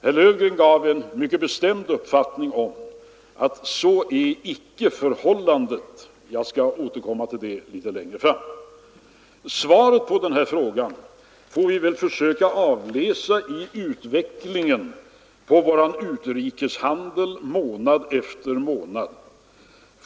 Herr Löfgren deklarerade här en mycket bestämd uppfattning att så icke är förhållandet. Jag skall återkomma till det litet längre fram. Svaret på den frågan får vi försöka avläsa i utvecklingen av vår utrikeshandel månad för månad.